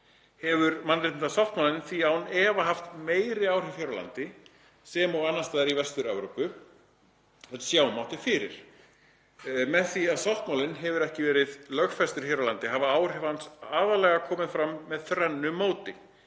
Hefur mannréttindasáttmálinn því án efa haft meiri áhrif hér á landi, sem og annars staðar í Vestur-Evrópu, en sjá mátti fyrir. Með því að sáttmálinn hefur ekki verið lögfestur hér á landi hafa áhrif hans aðallega komið fram með þrennu móti.